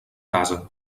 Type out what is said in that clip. casa